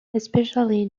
especially